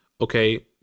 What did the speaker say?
Okay